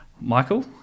michael